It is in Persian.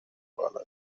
بالا